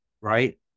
right